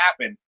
happen